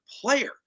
player